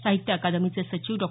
साहित्य अकादमीचे सचिव डॉ